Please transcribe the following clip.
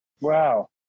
Wow